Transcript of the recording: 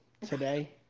today